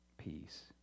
Peace